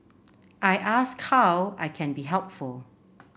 I ask how I can be helpful